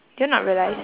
did you not realise